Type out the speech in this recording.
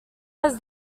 was